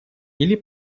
или